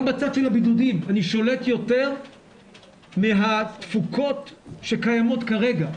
גם בצד של הבידודים אני שולט יותר מהתפוקות שקיימות כרגע.